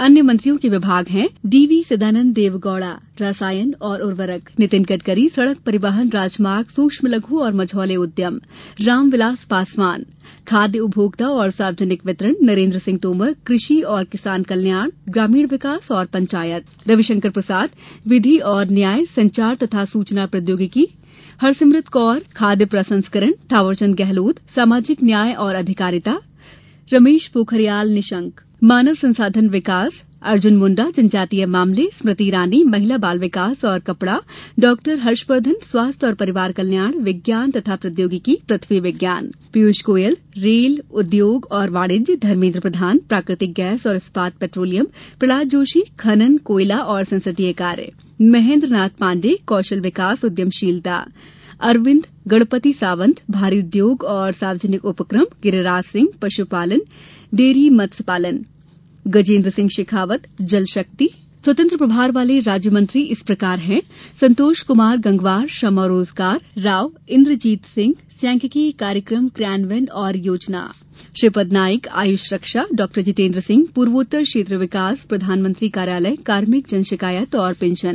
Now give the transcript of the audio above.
अन्य मंत्रियों के विभाग हैं डीवी सदानंद देवगौड़ा रसायन और उर्वरक नितिन गडकरी सड़क परिवहन राजमार्ग सूक्ष्म लघु और मझौले उद्यम रामविलास पासवान खाद्य उपभोक्ता और सार्वजानिक वितरण नरेन्द्र सिंह तोमर कृषि और किसान कल्याण ग्रामीण विकास और पंचायत रविशंकर प्रसाद विधि और न्याय संचार तथा सूचना प्रौद्योगिकी हरसिमरत कौर बादल खाद्य प्रसंकरण थवरचंद गहलोत सामाजिक न्याय और अधिकारिता रमेश पोखरियाल निशंक मानव संसाधन विकास अर्जुन मुंडा जनजातीय मामले स्मृति ईरानी महिला बाल विकास और कपड़ा डॉ हर्षवर्धन स्वास्थ्य और परिवार कल्याण विज्ञान तथा प्रौद्योगिकी पृथ्वी विज्ञान मंत्री पियूष गोयल रेल उद्योग और वाणिज्य धर्मेन्द्र प्रधान प्राकृतिक गैस और इस्पात पेट्रोलियम प्रहलाद जोशी खनन कोयला और संसदीय कार्य महेन्द्रनाथ पांडेय कौशल विकास उद्यमशीलता अरविंद गणपतिसावंत भारी उद्योग और सार्वजनिक उपक्रम गिरिराज सिंह पशुपालन डेयरी मत्स्य पालन गजेन्द्र सिंह शेखावत जल शक्ति स्वतंत्र प्रभार वाले राज्य मंत्री हैं संतोष कुमार गंगवार श्रम और रोजगार राव इंद्रजीत सिंह सांख्यकीय कार्यक्रम कार्यन्वयन और योजना श्रीपद एसो नाईक आयुष रक्षा डॉ जितेन्द्र सिंह पूर्वोत्तर क्षेत्र विकास प्रधानमंत्री कार्यालय कार्मिक जनशिकायत और पेंशन